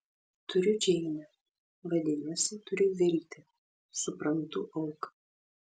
turiu džeinę vadinasi turiu viltį suprantu auką